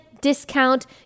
discount